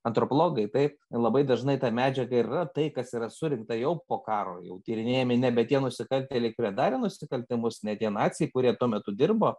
antropologai taip labai dažnai ta medžiaga ir yra tai kas yra surinkta jau po karo jau tyrinėjami nebe tie nusikaltėliai kurie darė nusikaltimus ne tie naciai kurie tuo metu dirbo